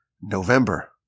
November